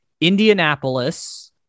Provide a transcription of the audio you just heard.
Indianapolis